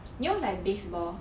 you know it's like baseball